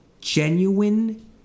genuine